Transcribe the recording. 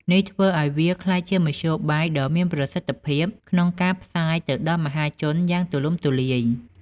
នេះធ្វើឱ្យវាក្លាយជាមធ្យោបាយដ៏មានប្រសិទ្ធភាពក្នុងការផ្សាយទៅដល់មហាជនយ៉ាងទូលំទូលាយ។